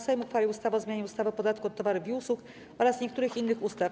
Sejm uchwalił ustawę o zmianie ustawy o podatku od towarów i usług oraz niektórych innych ustaw.